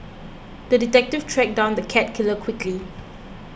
the detective tracked down the cat killer quickly